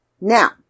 Now